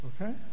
Okay